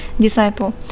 Disciple